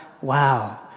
wow